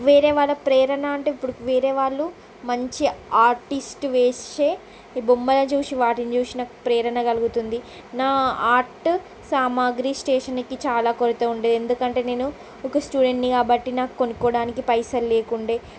వేరే వాళ్ళ ప్రేరణ అంటే ఇప్పుడు వేరే వాళ్ళు మంచి ఆర్టిస్టు వేసే ఈ బొమ్మలని చూసి వాటిని చూసిన ప్రేరణ కలుగుతుంది నా ఆర్ట్ సామగ్రి స్టేషనరీకి చాలా కొరత ఉండే ఎందుకంటే నేను ఒక స్టూడెంట్ని కాబట్టి నాకు కొనుక్కోడానికి పైసలు లేకుండే